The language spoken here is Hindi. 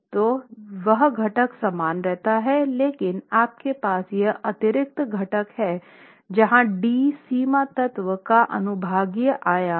तो वह घटक समान रहता है लेकिन आपके पास यह अतिरिक्त घटक है जहां d सीमा तत्व का अनुभागीय आयाम है